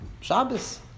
Shabbos